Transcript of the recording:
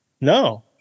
no